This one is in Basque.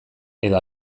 edo